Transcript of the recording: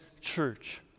church